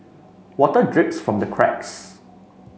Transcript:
water drips from the cracks